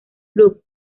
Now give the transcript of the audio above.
group